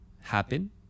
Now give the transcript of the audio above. happen